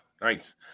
nice